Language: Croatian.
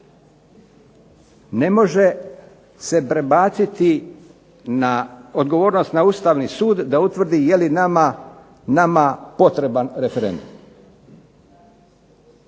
Ne može se prebaciti odgovornost na Ustavni sud da utvrdi je li nama potreban referendum.